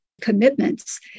commitments